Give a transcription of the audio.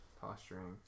posturing